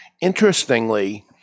Interestingly